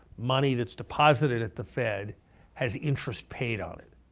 money that's deposited at the fed has interest paid on it.